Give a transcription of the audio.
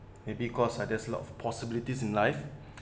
maybe cause there's a lot of possibilities in life